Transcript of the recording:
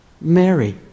Mary